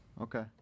okay